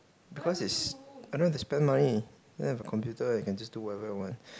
because is I don't have to spend money I have a computer I can just whatever I want